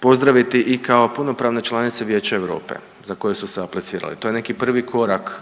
pozdraviti i kao punopravne članice Vijeća Europe za koje su se aplicirali to je neki prvi korak